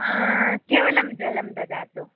केवलं जलं ददातु